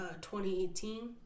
2018